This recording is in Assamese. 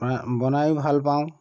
বনায়ো ভাল পাওঁ